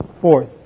Fourth